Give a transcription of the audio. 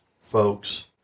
folks